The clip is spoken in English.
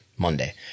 Monday